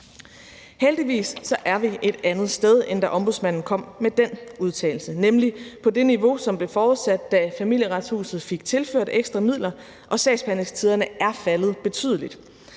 Heldigvis er vi et andet sted, end da Ombudsmanden kom med den udtalelse, nemlig på det niveau, som blev forudsat, da Familieretshuset fik tilført ekstra midler, og sagsbehandlingstiderne er faldet betydeligt.